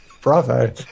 bravo